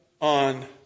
on